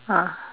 ah